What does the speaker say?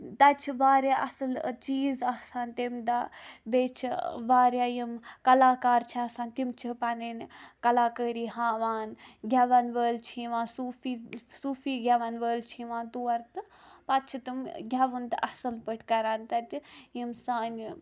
تَتہِ چھِ واریاہ اصل چیز آسان تمہِ دۄہ بیٚیہِ چھِ واریاہ یِم کلاکار چھِ آسان تِم چھِ پَننۍ کَلاکٲری ہاوان گیٚون وٲل چھِ یوان صوفی صوفی گیٚون وٲل چھ یوان تور تہٕ پَتہٕ چھِ تٕم گیٚوُن تہِ اصل پٲٹھۍ کَران تَتہِ یِم سانہِ